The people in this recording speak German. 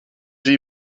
wie